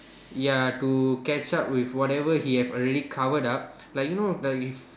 ya to catch up with whatever he have already covered up like you know the if